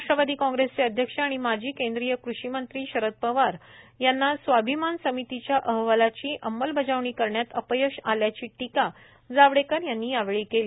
राष्ट्रवादी काँग्रेसचे अध्यक्ष आणि माजी केंद्रीय कृषिमंत्री शरद पवार यांना स्वाभिमान समितीच्या अहवालाची अंमलबजावणी करण्यात अपयश आल्याची टीका जावडेकर यांनी यावेळी केली